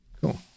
Cool